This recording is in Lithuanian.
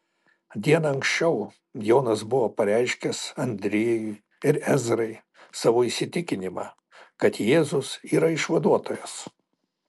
diena anksčiau jonas buvo pareiškęs andriejui ir ezrai savo įsitikinimą kad jėzus yra išvaduotojas